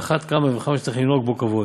על אחת כמה וכמה שצריך לנהוג בו כבוד,